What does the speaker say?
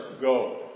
go